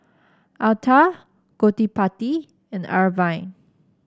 Atal Gottipati and Arvind